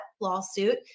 lawsuit